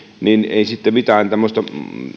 ei sitten mitään tämmöistä